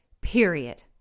period